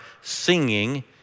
singing